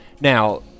Now